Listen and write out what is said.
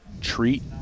treat